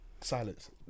Silence